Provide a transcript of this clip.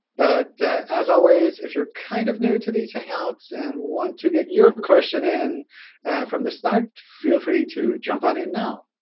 but as always, if you're kind of new to these hangouts and want to get your question in from the start, feel free to jump on in now.